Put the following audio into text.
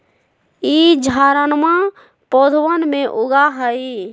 ई झाड़नमा पौधवन में उगा हई